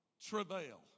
travail